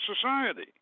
society